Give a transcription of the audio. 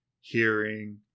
hearing